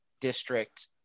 District